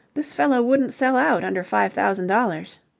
this fellow wouldn't sell out under five thousand dollars.